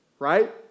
right